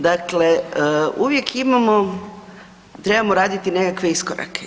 Dakle uvijek imamo, trebamo raditi nekakve iskorake.